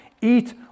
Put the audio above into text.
eat